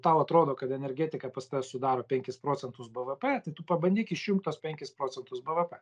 tau atrodo kad energetika pas tave sudaro penkis procentus bvp tai tu pabandyk išjungt tuos penkis procentus bvp